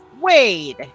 Wade